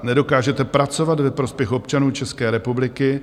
Nedokážete pracovat ve prospěch občanů České republiky.